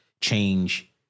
change